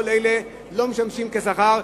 כל אלה לא משמשים בשכר.